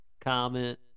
Comment